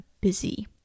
busy